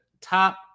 top